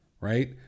Right